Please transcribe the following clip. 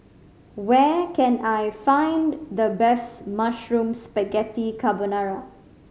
where can I find the best Mushroom Spaghetti Carbonara